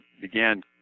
began